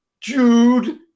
Jude